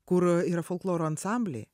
kur yra folkloro ansambliai